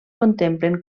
contemplen